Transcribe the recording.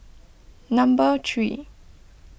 number three